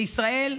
בישראל,